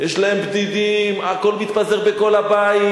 יש להם בדידים, הכול מתפזר בכל הבית.